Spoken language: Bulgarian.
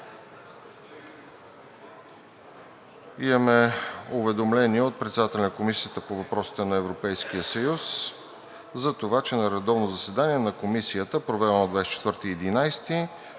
Имаме уведомление от председателя на Комисията по въпросите на Европейския съюз за това, че на редовно заседание на Комисията, проведено на 24